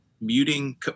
muting